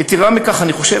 יתרה מכך, אני חושב